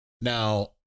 Now